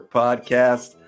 podcast